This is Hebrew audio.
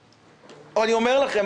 אני אומר לכם,